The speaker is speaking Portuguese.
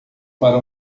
para